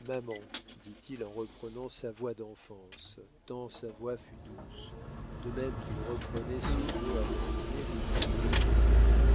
maman dit-il en reprenant sa voix d'enfance tant sa voix fut douce de même qu'il reprenait ce mot abandonné depuis quelques années